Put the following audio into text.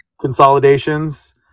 consolidations